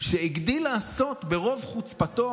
שהגדיל לעשות ברוב חוצפתו,